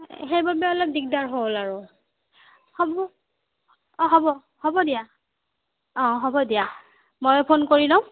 সেইবাবে অলপ দিগদাৰ হ'ল আৰু হ'ব অঁ হ'ব হ'ব দিয়া অঁ হ'ব দিয়া মই ফোন কৰি লম